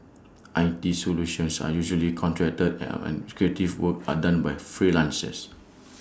I T solutions are usually contracted and an creative work are done by freelancers